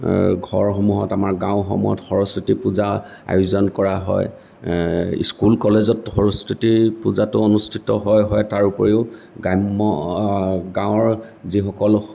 ঘৰসমূহত আমাৰ গাঁওসমূহত সৰস্বতী পূজা আয়োজন কৰা হয় স্কুল কলেজত সৰস্বতী পূজাটো অনুষ্ঠিত হয় তাৰ উপৰিও গ্ৰাম্য গাঁৱৰ যিসকল